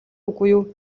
үгүй